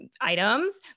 Items